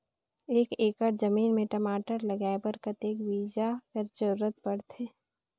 एक एकड़ जमीन म टमाटर लगाय बर कतेक बीजा कर जरूरत पड़थे?